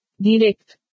direct